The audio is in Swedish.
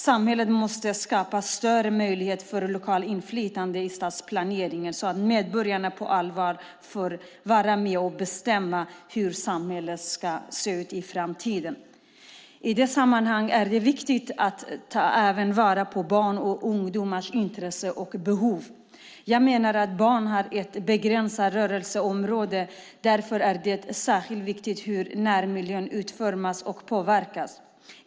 Samhället måste skapa större möjligheter för lokalt inflytande i stadsplaneringen så att medborgarna på allvar får vara med och bestämma hur samhället ska se ut i framtiden. I det sammanhanget är det viktigt att även ta vara på barns och ungdomars intressen och behov. Jag menar att barn har ett begränsat rörelseområde. Därför är det särskilt viktigt hur närmiljön utformas och påverkas.